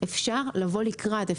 אפשר לבוא לקראת,